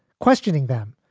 questioning them,